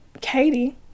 Katie